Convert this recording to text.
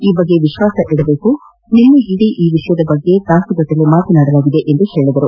ಈ ಬಗ್ಗೆ ವಿಶ್ವಾಸವಿಡಬೇಕು ನಿನ್ನೆ ಈ ವಿಷಯದ ಬಗ್ಗೆ ತಾಸುಗಟ್ಟಲೆ ಮಾತನಾಡಲಾಗಿದೆ ಎಂದು ಹೇಳಿದರು